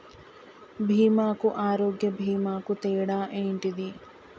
బీమా కు ఆరోగ్య బీమా కు తేడా ఏంటిది?